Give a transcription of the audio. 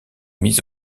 mis